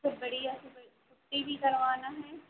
सब बढ़िया से बढ़िया पुट्टी भी करवाना है